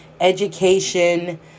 education